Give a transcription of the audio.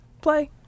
play